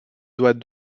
doit